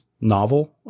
novel